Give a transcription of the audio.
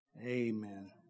Amen